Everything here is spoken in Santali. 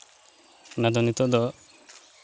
ᱚᱱᱟᱫᱚ ᱱᱤᱛᱚᱜ ᱫᱚ